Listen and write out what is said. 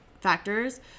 factors